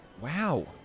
Wow